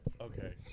Okay